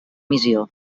missió